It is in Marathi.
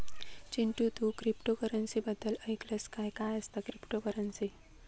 चिंटू, तू क्रिप्टोकरंसी बद्दल ऐकलंस काय, काय असता क्रिप्टोकरंसी?